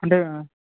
అంటే